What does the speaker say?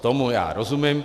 Tomu já rozumím.